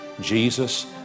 Jesus